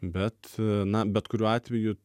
bet na bet kuriuo atveju